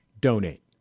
donate